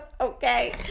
Okay